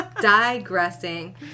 Digressing